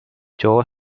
joe